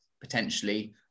potentially